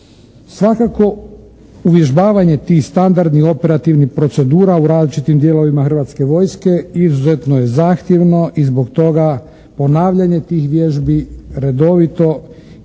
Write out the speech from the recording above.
Svakako, uvježbavanje tih standardnih operativnih procedura u različitim dijelovima hrvatske vojske izuzetno je zahtjevno i zbog toga ponavljanje tih vježbi redovito daje